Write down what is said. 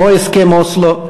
כמו הסכם אוסלו,